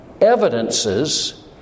evidences